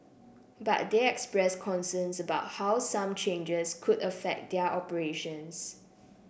but they expressed concerns about how some changes could affect their operations